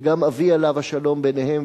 וגם אבי עליו השלום ביניהם,